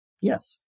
yes